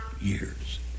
years